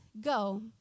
go